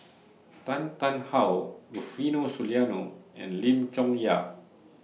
Tan Tarn How Rufino Soliano and Lim Chong Yah